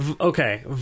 okay